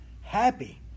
Happy